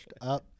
up